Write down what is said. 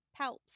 Palps